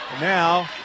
Now